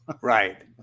Right